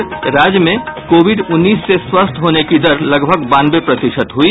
और राज्य में कोविड उन्नीस से स्वस्थ होने की दर लगभग बानवे प्रतिशत हुई